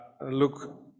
look